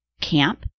camp